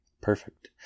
Perfect